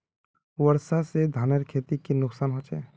वर्षा से धानेर खेतीर की नुकसान होचे?